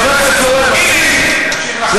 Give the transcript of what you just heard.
חבר הכנסת פורר, מספיק.